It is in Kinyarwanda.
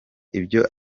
ibyo